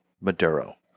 Maduro